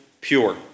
pure